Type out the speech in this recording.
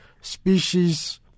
species